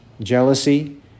jealousy